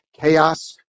Chaos